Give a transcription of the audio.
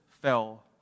fell